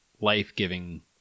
life-giving